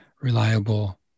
reliable